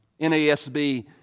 NASB